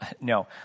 No